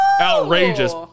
outrageous